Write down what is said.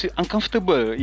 uncomfortable